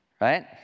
Right